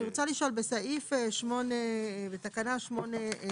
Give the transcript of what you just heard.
אני רוצה לשאול, בסעיף 8, בתקנה 8(4)